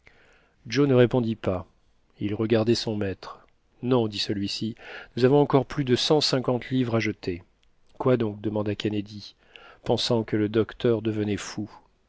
joe ne répondit pas il regardait son maître non dit celui-ci nous avons encore plus de cent cinquante livres à jeter quoi donc demanda kennedy pensant que le docteur devenait fou